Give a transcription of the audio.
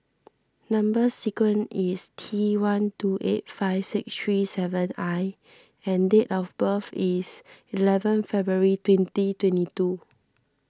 Number Sequence is T one two eight five six three seven I and date of birth is eleven February twenty twenty two